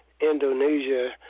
Indonesia